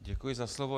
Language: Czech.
Děkuji za slovo.